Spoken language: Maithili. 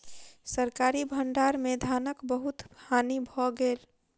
सरकारी भण्डार में धानक बहुत हानि भ गेल